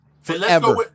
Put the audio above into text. Forever